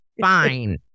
fine